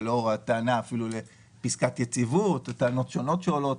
ולאור הטענה של פיסקת יציבות או טענות שונות שעולות,